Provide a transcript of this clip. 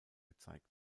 gezeigt